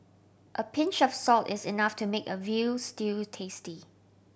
a pinch of salt is enough to make a veal stew tasty